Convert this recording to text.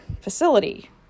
facility